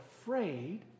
afraid